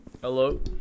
Hello